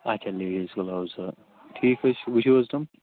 اَچھا ladies gloves ٹھیٖک حظ چھُ وٕچھُو حظ تِم